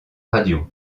radio